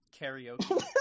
Karaoke